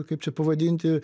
kaip čia pavadinti